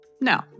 No